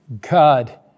God